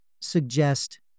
suggest